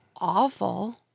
awful